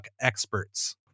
experts